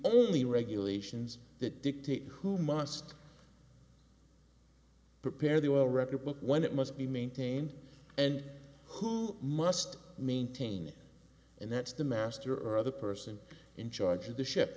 only regulations that dictate who must prepare the oil record book when it must be maintained and who must maintain it and that's the master or other person in charge of the ship